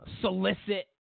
solicit